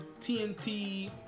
TNT